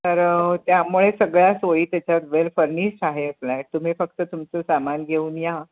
तर त्यामुळे सगळ्या सोयी त्याच्यात वेल फर्निश्ड आहे फ्लॅट तुम्ही फक्त तुमचं सामान घेऊन या